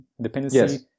Dependency